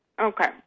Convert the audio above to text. Okay